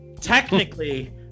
Technically